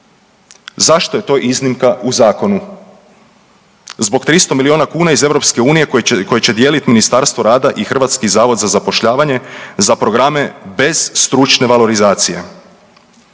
Zašto je to iznimka u zakonu? Zbog 300 milijuna kuna iz EU koji će dijeliti Ministarstvo rada i HZZ za programe bez stručne valorizacije?